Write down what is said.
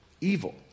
Evil